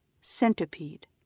centipede